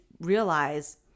realize